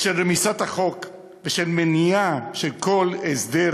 ושל רמיסת החוק ושל מניעה של כל הסדר